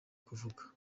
kuvuga